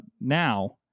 now